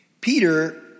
Peter